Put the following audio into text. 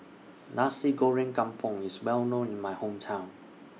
Nasi Goreng Kampung IS Well known in My Hometown